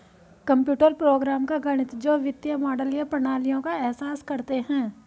computer program का गणित जो वित्तीय मॉडल या प्रणालियों का एहसास करते हैं